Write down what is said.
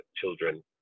children